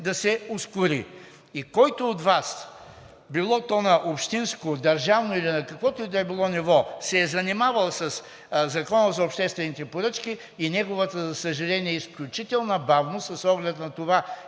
да се ускори. И който от Вас – било то на общинско, държавно или на каквото и да е било ниво, се е занимавал със Закона за обществените поръчки и неговата, за съжаление, изключителна бавност с оглед на това именно